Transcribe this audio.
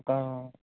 ఒక